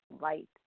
light